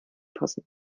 passen